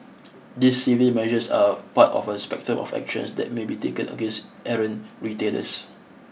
these civil measures are part of a spectrum of actions that may be taken against errant retailers